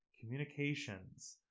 communications